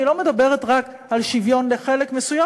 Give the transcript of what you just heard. היא לא מדברת רק על שוויון לחלק מסוים,